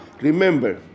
remember